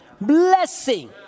blessing